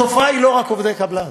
התופעה היא לא רק עובדי קבלן.